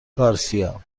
گارسیا